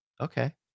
okay